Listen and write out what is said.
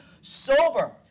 sober